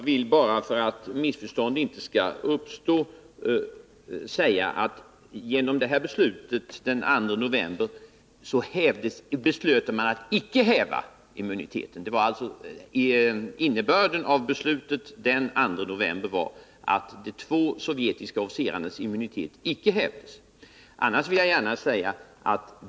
Herr talman! För att missförstånd inte skall uppstå vill jag bara påpeka att genom beslutet den 2 november beslöt man att icke häva immuniteten. Innebörden av beslutet var alltså att de två sovjetiska officerarnas immunitet icke hävdes.